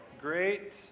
Great